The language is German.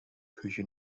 küche